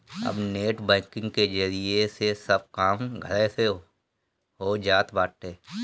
अब net banking के जरिया से सब काम घरे से हो जात बाटे